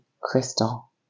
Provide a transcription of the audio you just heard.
Crystal